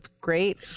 great